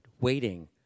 waiting